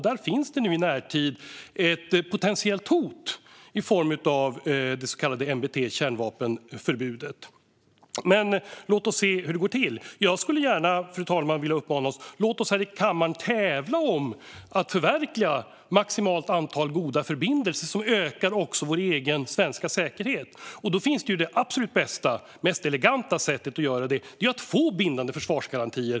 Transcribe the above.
Där finns det nu i närtid ett potentiellt hot i form av kärnvapenförbudet, det så kallade NBT. Men låt oss se hur det går till! Jag skulle gärna komma med följande uppmaning, fru talman: Låt oss här i kammaren tävla om att förverkliga maximalt antal goda förbindelser! På så sätt ökar också vår egen svenska säkerhet. Det absolut bästa och mest eleganta sättet att göra detta är att få bindande försvarsgarantier.